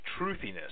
truthiness